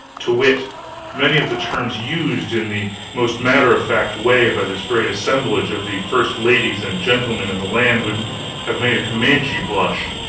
to wit many of the terms used in the most matter-of-fact way by this great assemblage of the first ladies and gentlemen in the land would have made a comanche blush.